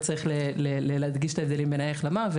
וצריך להדגיש את את ההבדלים בין איך למה.